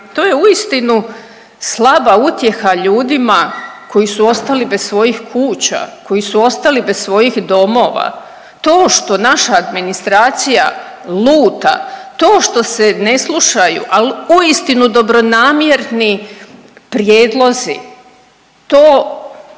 to je uistinu slaba utjeha ljudima koji su ostali bez svojih kuća, koji su ostali bez svojih domova. To što naša administracija luta, to što se ne slušaju, al uistinu dobronamjerni prijedlozi to